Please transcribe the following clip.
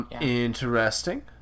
Interesting